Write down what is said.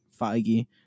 Feige